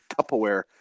Tupperware